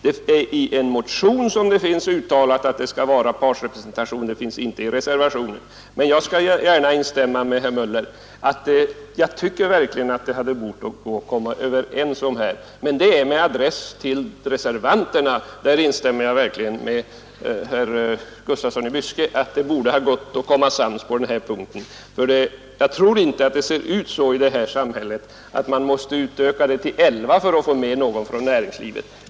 Det är i en motion som det uttalats att det skall vara partsrepresentation men det står inte i reservationen. Jag skall emellertid gärna instämma med herr Möller så till vida att jag verkligen tycker att det hade bort gå att komma överens, men det är med adress till reservanterna. Jag håller verkligen med herr Gustafsson i Byske då han säger att det borde ha gått att bli sams på den här punkten. Jag tror inte det ser ut så i det här samhället att man måste utöka antalet ledamöter till elva för att få med någon från näringslivet.